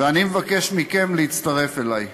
ואני מבקש מכם להצטרף אלי.